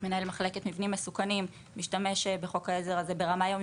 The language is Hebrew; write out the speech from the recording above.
מנהל מחלקת מבנים מסוכנים משתמש בחוק העזר הזה ברמה יום